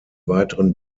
weiteren